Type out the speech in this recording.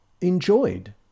enjoyed